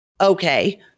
Okay